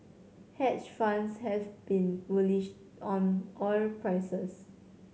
hedge funds have been bullish on oil prices